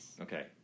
Okay